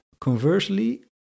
conversely